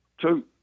Two